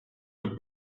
the